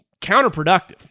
counterproductive